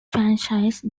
franchise